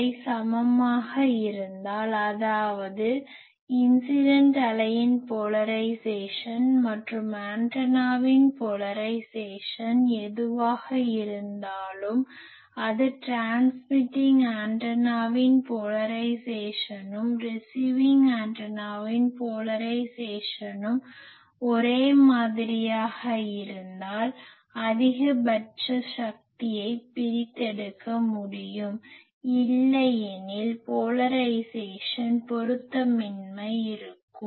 அவை சமமாக இருந்தால் அதாவது இன்சிடன்ட் அலையின் போலரைஸேசன் மற்றும் ஆண்டனாவின் போலரைஸேசன் எதுவாக இருந்தாலும் அதாவது ட்ரான்ஸ்மிட்டிங் ஆண்டனாவின் போலரைஸேசனும் ரிசிவிங் ஆண்டனாவின் போலரைஸேசனும் ஒரே மாதிரியாக இருந்தால் அதிகபட்ச சக்தியைப் பிரித்தெடுக்க முடியும் இல்லையெனில் போலரைஸேசன் பொருத்தமின்மை இருக்கும்